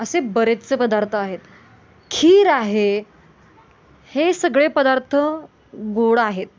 असे बरेचसे पदार्थ आहेत खीर आहे हे सगळे पदार्थ गोड आहेत